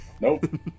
Nope